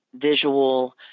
visual